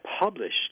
published